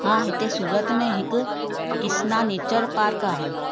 हा हिते सूरत में हिकु किस्ना नेचर पार्क आहे